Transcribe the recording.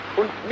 und